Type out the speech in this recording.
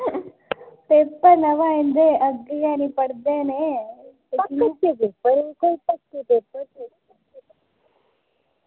paper न इंदे अग्गें निं पढ़दे एह्